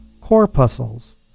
corpuscles